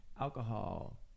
alcohol